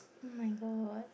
oh my god